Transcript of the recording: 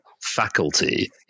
faculty